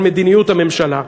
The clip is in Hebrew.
על מדיניות הממשלה.